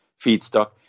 feedstock